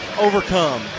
overcome